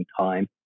time